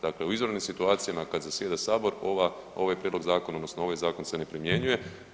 Dakle, u izvanrednim situacijama kada zasjeda Sabor ovaj Prijedlog zakona odnosno ovaj Zakon se ne primjenjuje.